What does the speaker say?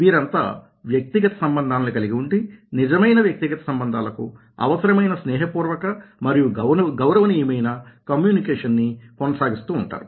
వీరంతా వ్యక్తిగత సంబంధాలను కలిగి ఉండి నిజమైన వ్యక్తిగత సంబంధాలకు అవసరమైన స్నేహ పూర్వక మరియు గౌరవనీయమైన కమ్యూనికేషన్ ని కొనసాగిస్తూ ఉంటారు